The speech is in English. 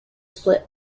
split